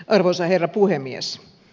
arvoisa herra puhemies